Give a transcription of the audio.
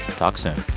talk soon